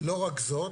לא רק זאת.